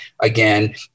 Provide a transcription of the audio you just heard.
again